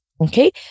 Okay